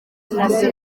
igisubizo